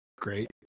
Great